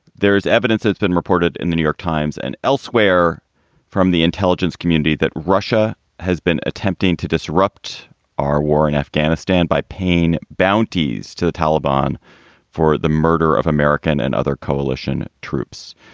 there's evidence that's been reported in the new york times and elsewhere from the intelligence community that russia has been attempting to disrupt our war in afghanistan by paying bounties to the taliban for the murder of american and other coalition troops.